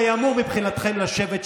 אני אגיד לכם מה הבעיה הגדולה שלכם,